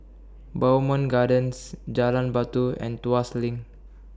Bowmont Gardens Jalan Batu and Tuas LINK